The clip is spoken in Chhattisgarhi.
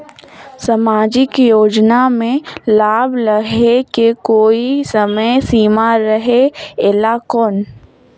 समाजिक योजना मे लाभ लहे के कोई समय सीमा रहे एला कौन?